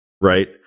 right